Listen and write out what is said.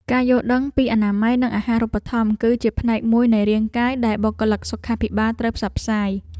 ការយល់ដឹងពីអនាម័យនិងអាហារូបត្ថម្ភ គឺជាផ្នែកមួយនៃការងារដែលបុគ្គលិកសុខាភិបាលត្រូវផ្សព្វផ្សាយ។